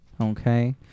okay